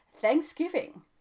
thanksgiving